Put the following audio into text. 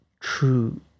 true